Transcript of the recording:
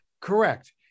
Correct